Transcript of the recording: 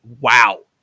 wow